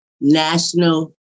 national